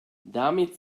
damit